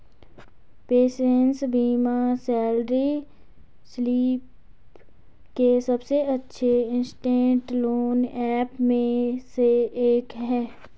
PaySense बिना salary slip के सबसे अच्छे इंस्टेंट लोन ऐप में से एक है